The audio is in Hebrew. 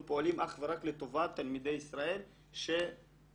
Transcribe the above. אנחנו פועלים אך ורק לטובת תלמידי ישראל שיתאמנו,